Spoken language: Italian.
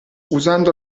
usando